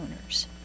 owners